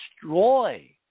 destroy